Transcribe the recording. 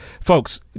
folks